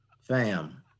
Fam